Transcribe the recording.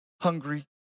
hungry